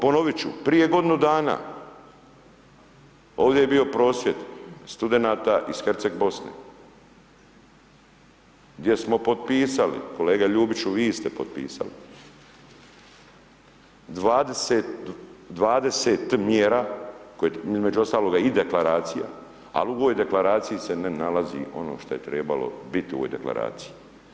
Ponoviti ću, prije godinu dana ovdje je bio prosvjed studenata iz Herceg Bosne gdje smo potpisali, kolega Ljubiću, vi ste potpisali, 20 mjera, između ostaloga i Deklaracija, a u ovoj Deklaraciji se ne nalazi ono što je trebalo biti u ovoj Deklaraciji.